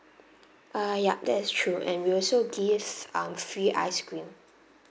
uh yup that is true and we also gives um free ice cream